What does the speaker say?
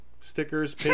Stickers